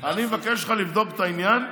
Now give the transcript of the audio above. ולכן אני מבקש ממך לבדוק את העניין.